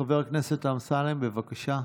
חבר הכנסת אמסלם, בבקשה.